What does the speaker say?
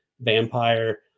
vampire